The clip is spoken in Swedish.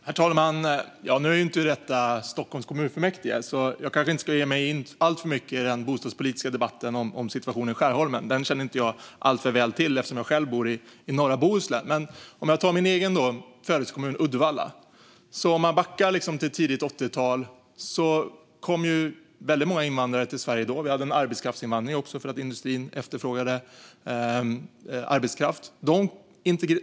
Herr talman! Ja, nu är inte detta Stockholms kommunfullmäktige, så jag kanske inte ska ge mig in alltför mycket i den bostadspolitiska debatten om situationen i Skärholmen. Den känner jag inte tillräckligt väl till eftersom jag själv bor i norra Bohuslän. Men jag kan ta upp min födelsekommun, Uddevalla. Man kan backa till tidigt 80-tal. Då kom väldigt många invandrare till Sverige. Vi hade också en arbetskraftsinvandring eftersom industrin efterfrågade arbetskraft.